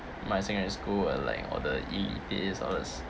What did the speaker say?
my secondary school were like all the elitists all those